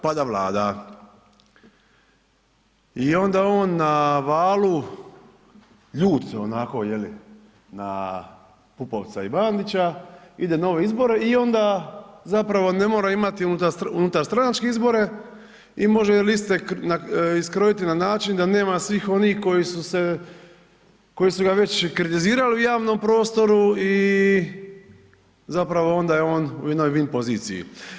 Pada Vlada i onda on na valu, ljut onako je li, na Pupovca i Bandića, ide na nove izbore i onda zapravo ne mora imati unutarstranačke izbore i može jel iste iskrojiti na način da nema svih onih koji su se, koji su ga već kritizirali u javnom prostoru i zapravo onda je on u jednoj vin poziciji.